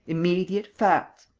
immediate facts.